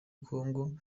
congo